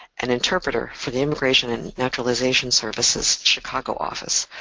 an interpreter for the immigration and naturalization services, chicago office,